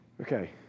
Okay